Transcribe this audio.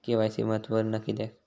KYC महत्त्वपुर्ण किद्याक?